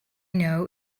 know